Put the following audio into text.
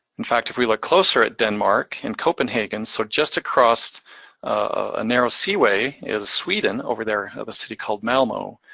in fact, if we look closer at denmark in copenhagen, so just across a narrow seaway, is sweden, over there, a city called malmo.